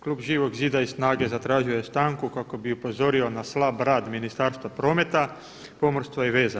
Klub Živog zida i SNAGA-e zatražio je stanku kako bi upozorio na slab rad Ministarstva prometa, pomorstva i veza.